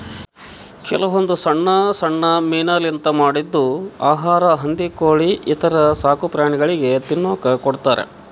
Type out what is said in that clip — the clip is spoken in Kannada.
ಕೆಲವೊಂದ್ ಸಣ್ಣ್ ಸಣ್ಣ್ ಮೀನಾಲಿಂತ್ ಮಾಡಿದ್ದ್ ಆಹಾರಾ ಹಂದಿ ಕೋಳಿ ಈಥರ ಸಾಕುಪ್ರಾಣಿಗಳಿಗ್ ತಿನ್ನಕ್ಕ್ ಕೊಡ್ತಾರಾ